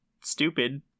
stupid